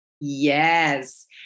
Yes